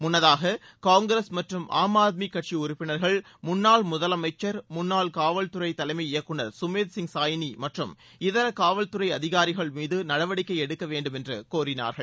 முன்னதாக காங்கிரஸ் மற்றும் ஆம் ஆத்மி கட்சி உறுப்பினர்கள் முன்னாள் முதலமைச்சர் முன்னாள் காவல்துறை தலைமை இயக்குநர் சுமேத் சிங் சாயினி மற்றம் இதர காவல்தறை அதிகாரிகள் மீது நடவடிக்கை எடுக்கவேண்டுமென்று கோரினார்கள்